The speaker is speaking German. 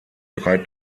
drei